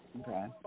Okay